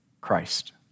Christ